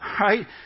right